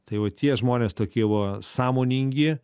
tai va tie žmonės tokie va sąmoningi